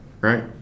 right